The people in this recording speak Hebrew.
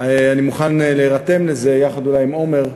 אני מוכן להירתם לזה, אולי יחד עם עמר,